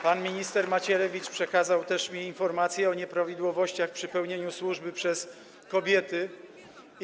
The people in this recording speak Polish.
Pan minister Macierewicz przekazał mi też informację o nieprawidłowościach przy pełnieniu służby przez kobiety.